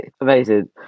Amazing